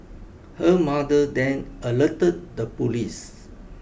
her mother then alerted the police